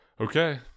okay